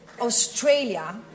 Australia